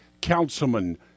Councilman